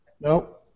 No